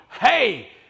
hey